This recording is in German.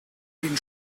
den